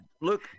look